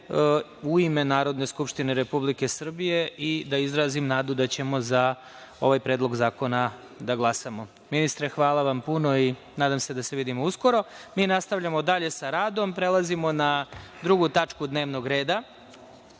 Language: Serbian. u ime Narodne skupštine Republike Srbije i da izrazim nadu da ćemo za ovaj Predlog zakona da glasamo. Ministre, hvala vam puno. Nadam se da se vidimo uskoro. Mi nastavljamo dalje sa radom. Prelazimo na 2. tačku dnevnog reda